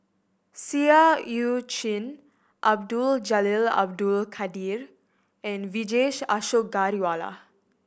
Seah Eu Chin Abdul Jalil Abdul Kadir and Vijesh Ashok Ghariwala